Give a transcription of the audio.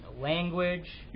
language